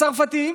הצרפתים